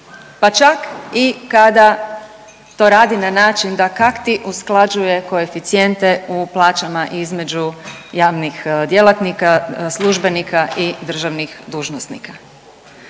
pa čak i kada to radi na način da kakti usklađuje koeficijente u plaćama između javnih djelatnika, službenika i državnih dužnosnika.